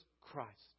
Christ